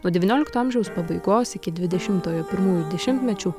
nuo devyniolikto amžiaus pabaigos iki dvidešimtojo pirmųjų dešimtmečių